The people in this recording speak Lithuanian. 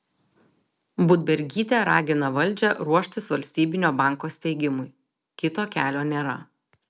budbergytė ragina valdžią ruoštis valstybinio banko steigimui kito kelio nėra